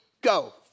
Go